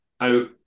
out